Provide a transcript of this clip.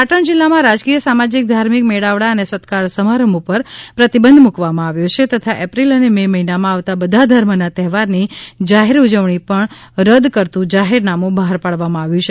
પાટણ જિલ્લા માં રાજકીય સામાજિક ધાર્મિક મેળવડા અને સત્કાર સમારંભ ઉપર પ્રતિબંધ મૂકવામાં આવ્યો છે તથા એપ્રિલ અને મે મહિના માં આવતા બધા ધર્મ ના તહેવાર ની જાહેર ઉજવણી પણ રદ કરતું જાહેરનામું બહાર પાડવામાં આવ્યું છે